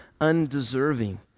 undeserving